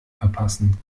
verpassen